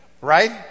Right